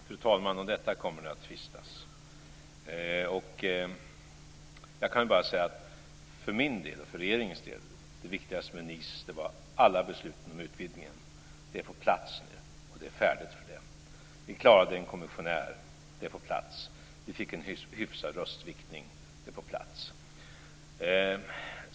Fru talman! Om detta kommer det att tvistas. Jag kan bara säga att för min del, och för regeringens del, var det viktigaste med Nice alla beslut om utvidgningen. Det är på plats nu. Det är färdigt för det. Vi klarade en kommissionär. Det är på plats. Vi fick en hyfsad röstviktning. Det är på plats.